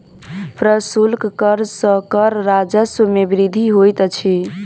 प्रशुल्क कर सॅ कर राजस्व मे वृद्धि होइत अछि